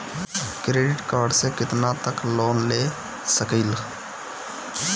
Credit card से कितना तक लोन ले सकईल?